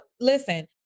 listen